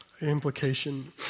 implication